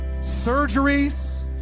surgeries